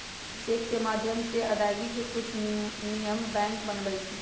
cheque के माध्यम से अदायगी के कुछ नियम बैंक बनबई छई